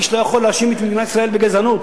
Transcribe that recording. איש לא יכול להאשים את מדינת ישראל בגזענות,